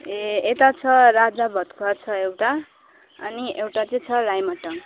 ए यता छ राजा भातखावा छ एउटा अनि एउटा चाहिँ छ राइमटाङ